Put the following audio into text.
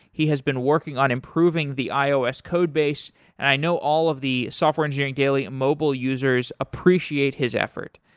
he has been working on improving the ios code base, and i know all of the software engineering daily mobile users appreciate his effort.